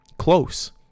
Close